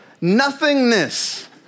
Nothingness